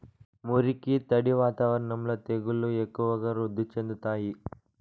మురికి, తడి వాతావరణంలో తెగుళ్లు ఎక్కువగా వృద్ధి చెందుతాయి